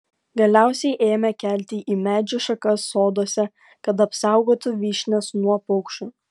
galiausiai ėmė kelti į medžių šakas soduose kad apsaugotų vyšnias nuo paukščių